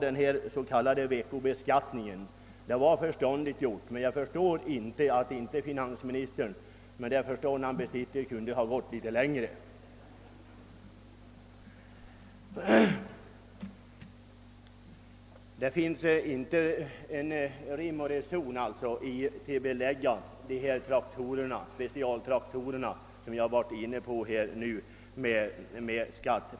Detta var förståndigt gjort, men jag förstår inte varför inte finansministern med den klokhet han besitter kunnat sträcka sig litet längre i detta avseende. Det finns ju inte rim och reson i förslaget att belägga de specialtraktorer jag här talat om med skatt.